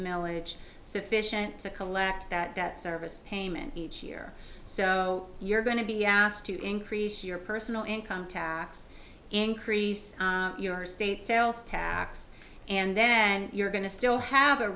milledge sufficient to collect that debt service payment each year so you're going to be asked to increase your personal income tax increase your state sales tax and then you're going to still have a